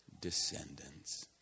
descendants